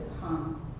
come